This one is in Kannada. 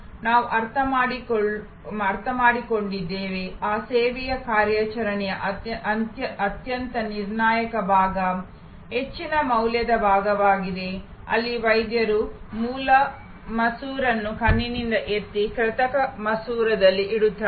ನಾವು ಅರ್ಥಮಾಡಿಕೊಂಡಿದ್ದೇವೆ ಆ ಸೇವೆಯ ಕಾರ್ಯಾಚರಣೆಯ ಅತ್ಯಂತ ನಿರ್ಣಾಯಕ ಭಾಗ ಹೆಚ್ಚಿನ ಮೌಲ್ಯದ ಭಾಗವಾಗಿದೆ ಅಲ್ಲಿ ವೈದ್ಯರು ಮೂಲ ಮಸೂರವನ್ನು ಕಣ್ಣಿನಿಂದ ಎತ್ತಿ ಕೃತಕ ಮಸೂರದಲ್ಲಿ ಇಡುತ್ತಾರೆ